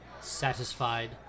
Satisfied